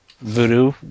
voodoo